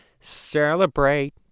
Celebrate